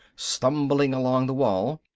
stumbling along the wall.